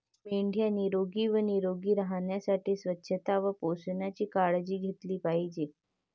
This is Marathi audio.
मेंढ्या निरोगी व निरोगी राहण्यासाठी स्वच्छता व पोषणाची काळजी घेतली पाहिजे